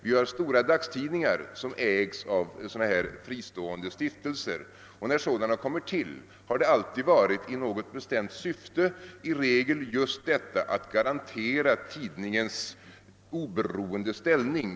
Vi har stora dagstidningar som ägs av fristående stiftelser, och när de stiftelserna kommit till har det alltid skett i ett bestämt syfte, i re gel för att garantera tidningens oberoende ställning.